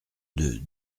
deux